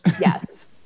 Yes